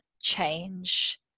change